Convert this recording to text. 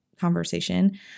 conversation